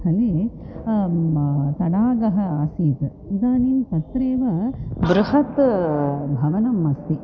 स्थले तडागः आसीत् इदानीं तत्रैव बृहत् भवनम् अस्ति